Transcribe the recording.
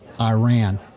Iran